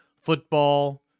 football